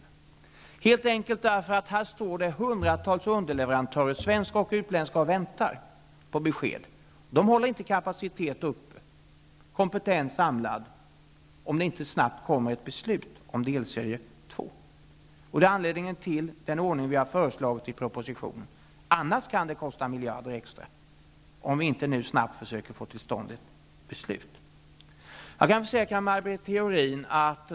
Det beror helt enkelt på att här står det hundratals svenska och utländska underleverantörer och väntar på besked. De håller inte kapaciteten uppe och kompetens samlad om det inte snabbt kommer ett beslut om delserie 2. Det är anledningen till den ordning som vi har föreslagit i propositionen. Om vi inte nu snabbt försöker att få till stånd ett beslut kan det kosta extra miljarder.